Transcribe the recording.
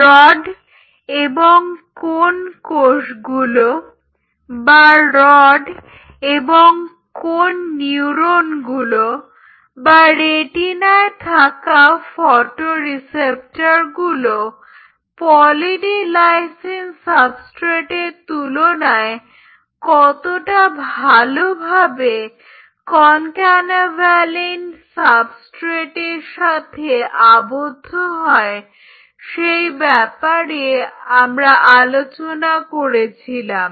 rod এবং cone কোষগুলো বা রড এবং কোন্ নিউরনগুলো বা রেটিনায় থাকা ফটোরিসেপ্টরগুলো পলি ডি লাইসিন সাবস্ট্রেটের তুলনায় কতটা ভালোভাবে কনক্যানাভ্যালিন সাবস্ট্রেটের সাথে আবদ্ধ হয় সেই ব্যাপারে আলোচনা করেছিলাম